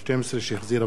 שהחזירה ועדת העבודה,